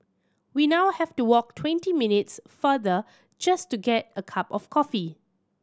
we now have to walk twenty minutes farther just to get a cup of coffee